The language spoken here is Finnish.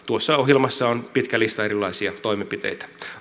tuossa ohjelmassa on pitkä lista erilaisia toimenpiteitä